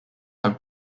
have